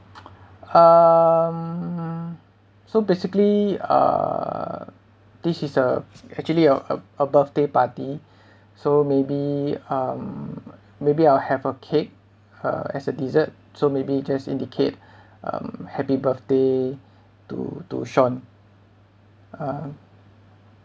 um so basically uh this is a actually a a birthday party so maybe um maybe I'll have a cake uh as a dessert so maybe just indicate um happy birthday to to shawn uh